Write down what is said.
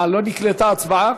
מה, לא נקלטה ההצבעה?